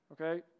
Okay